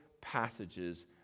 passages